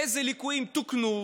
איזה ליקויים תוקנו,